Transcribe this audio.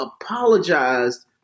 apologized